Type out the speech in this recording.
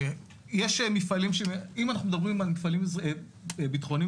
אם אנחנו מדברים על מפעלים ביטחוניים